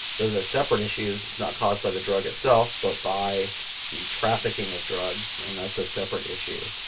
those are separate issues. it's not caused by the drug itself, but by the trafficking of drugs. and that's a separate issue.